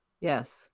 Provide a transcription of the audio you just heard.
yes